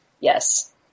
Yes